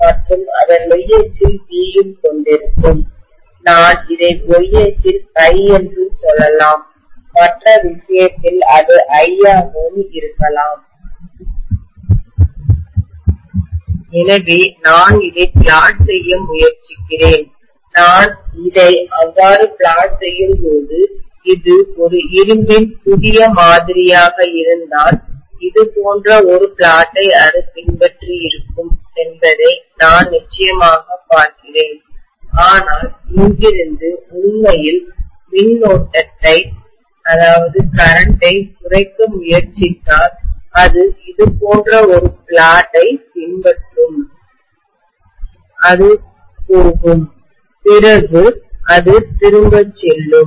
மற்றும் அதன் y அச்சில் B உம் கொண்டிருக்கும் நான் இதை y அச்சில் ∅ என்று சொல்லலாம் மற்ற விஷயத்தில் அது I ஆகவும் இருக்கலாம் எனவே நான் இதை பிளாட் செய்ய முயற்சிக்கிறேன் நான் இதை அவ்வாறு பிளாட் செய்யும் போது அது ஒரு இரும்பின் புதிய மாதிரியாக இருந்தால் இது போன்ற ஒரு பிளாட்டை அது பின்பற்றியிருக்கும் என்பதை நான் நிச்சயமாக பார்க்கிறேன் ஆனால் இங்கிருந்து உண்மையில் மின்னோட்டத்தை கரண்ட்டை குறைக்க முயற்சித்தால் அது இது போன்ற ஒரு பிளாட்டை பின்பற்றும் அது போகும் பிறகு அது திரும்ப செல்லும்